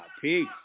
Peace